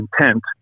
intent